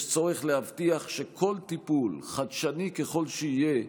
יש צורך להבטיח שכל טיפול, חדשני ככל שיהיה,